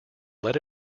let